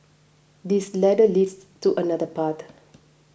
this ladder leads to another part